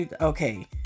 Okay